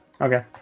Okay